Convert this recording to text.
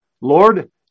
Lord